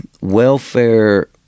welfare